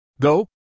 Go